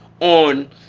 on